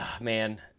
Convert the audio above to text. man